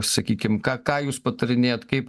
sakykim ką ką jūs patarinėjat kaip